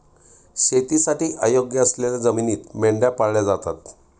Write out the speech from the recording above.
शेतीसाठी अयोग्य असलेल्या जमिनीत मेंढ्या पाळल्या जातात